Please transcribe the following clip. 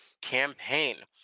campaign